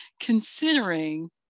considering